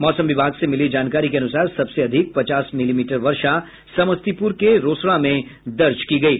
मौसम विभाग से मिली जानकारी के अनुसार सबसे अधिक पचास मिलीमीटर वर्षा समस्तीपुर के रोसड़ा में दर्ज की गयी